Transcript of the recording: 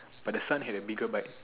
but the son had a bigger bike